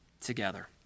together